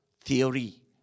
theory